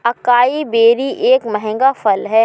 acai berry एक महंगा फल है